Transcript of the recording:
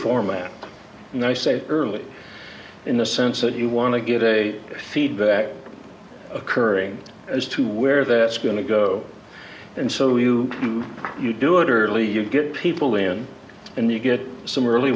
format and i say early in the sense that you want to get a feedback occurring as to where that's going to go and so you you do it early you get people in and you get some early